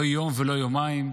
לא יום ולא יומיים,